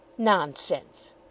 Nonsense